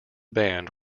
band